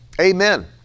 Amen